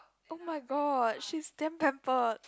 oh-my-god she's damn pampered